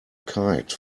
kite